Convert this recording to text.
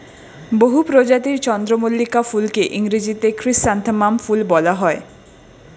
বহু প্রজাতির চন্দ্রমল্লিকা ফুলকে ইংরেজিতে ক্রিস্যান্থামাম ফুল বলা হয়